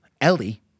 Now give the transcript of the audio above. Ellie